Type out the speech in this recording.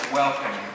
welcome